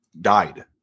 died